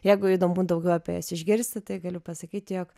jeigu įdomu daugiau apie jas išgirsti tai galiu pasakyti jog